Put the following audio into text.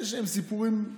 סיפורים.